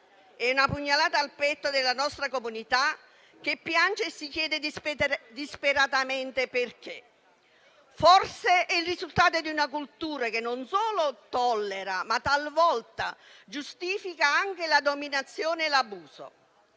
è una pugnalata al petto della nostra comunità, che piange e si chiede disperatamente: perché? Forse è il risultato di una cultura che non solo tollera, ma talvolta giustifica anche la dominazione e l'abuso.